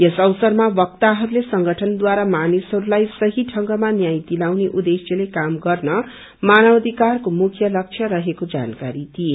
यस अवसरमा वक्ताहरूले संगठनद्वारा मानिसहरूलाइ सही ढ़ंगमा न्याय दिलाउने उद्देश्यले काम गर्न मानवाधिकारको मुख्य लक्ष्य रहेको जानकारी दिए